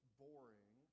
boring